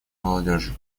молодежи